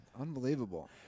Unbelievable